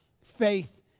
faith